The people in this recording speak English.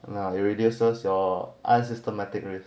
know it reduces your unsystematic risk